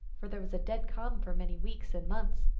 for there was a dead calm for many weeks and months.